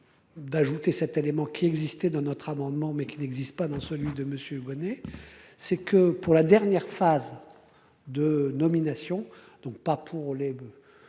D'ajouter cet élément qui existaient dans notre amendement mais qui n'existe pas dans celui de Monsieur Bonnet, c'est que pour la dernière phase. De nomination donc pas pour les